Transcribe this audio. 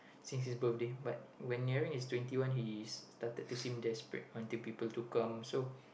since his birthday but when nearing his twenty one he started to seem desperate wanting people to come so